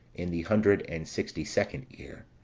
in the hundred and sixty-second year.